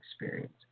experience